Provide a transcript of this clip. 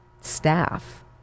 staff